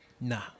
Nah